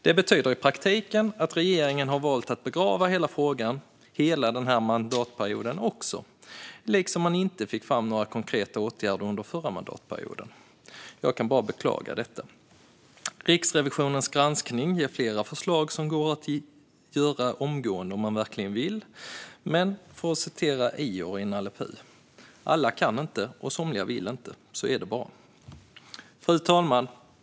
Detta betyder i praktiken att regeringen har valt att begrava frågan under hela denna mandatperiod också, precis som man inte fick fram några konkreta åtgärder under den föra mandatperioden. Jag kan bara beklaga detta. Riksrevisionens granskning ger flera förslag som går att genomföra omgående om man verkligen vill, men för att citera Ior i Nalle Puh : Alla kan inte, och somliga vill inte. Så är det bara. Fru talman!